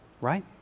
right